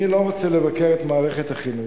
אני לא רוצה לבקר את מערכת החינוך,